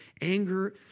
anger